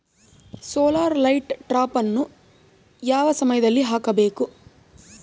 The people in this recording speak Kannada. ಸೋಲಾರ್ ಲೈಟ್ ಟ್ರಾಪನ್ನು ಯಾವ ಸಮಯದಲ್ಲಿ ಹಾಕಬೇಕು?